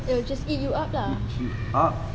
they will just eat you up lah